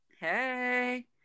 Hey